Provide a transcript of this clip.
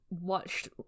watched